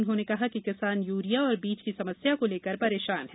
उन्होंने कहा कि किसान यूरिया और बीज की समस्या को लेकर परेशान है